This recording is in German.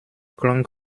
klang